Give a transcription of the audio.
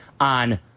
on